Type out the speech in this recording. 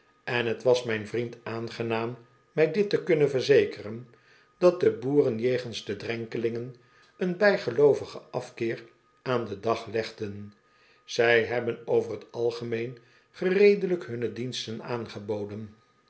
en t was mijn vriend aangenaam mij dit te kunnen verzekeren dat de boeren jegens de drenkelingen een bijgeloovigen afkeer aan den dag legden zij hebben over t algemeen gereedelijk hunne diensten aangeboden